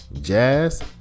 Jazz